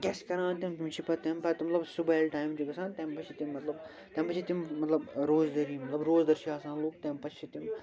کیٛاہ چھِ کَران تِم تِم چھِ پتہٕ تَمہِ پتہٕ مطلب صُبحٲے ییٚلہِ ٹایِم چھُ گَژھان تَمہِ پتہٕ چھِ تِم مطلب تَمہِ پتہٕ چھِ تِم مطلب روزدٔری مطلب روزدر چھِ آسان لُکھ تَمہِ پتہٕ چھِ تِم